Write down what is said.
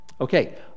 Okay